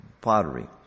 pottery